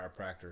chiropractor